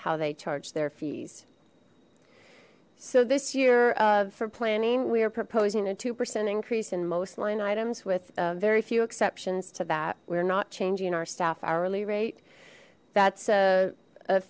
how they charge their fees so this year of for planning we are proposing a two percent increase in most line items with very few exceptions to that we're not changing our staff hourly rate that's